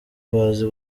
bazi